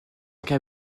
qu’un